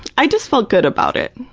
i just felt good about it.